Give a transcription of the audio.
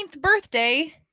birthday